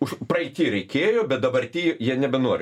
už praeity reikėjo bet dabarty jie nebenori